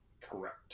Correct